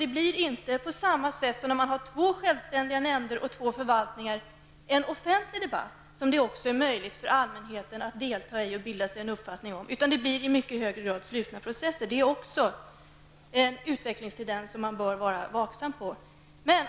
Det blir inte på samma sätt som när man har två självständiga nämnder med skilda förvaltningar en offentlig debatt, som det också är möjligt för allmänheten att delta i och bilda sig en uppfattning om. Detta är någonting som man bör vara vaksam på.